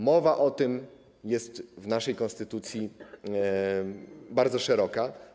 Mowa o tym jest w naszej konstytucji bardzo szeroko.